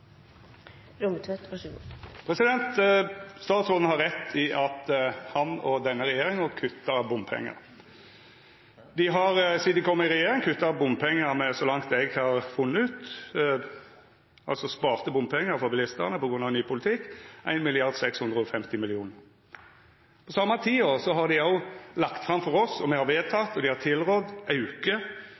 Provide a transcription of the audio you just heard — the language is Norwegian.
Statsråden har rett i at han og denne regjeringa kuttar bompengar. Dei har sidan dei kom i regjering, kutta bompengar med, så langt eg har funne ut – altså sparte bompengar for bilistane grunna ny politikk – 1,65 mrd. kr. På same tida har dei òg lagt fram for oss – me har vedteke, og dei har tilrådd – auke